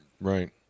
Right